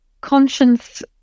conscience